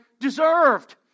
deserved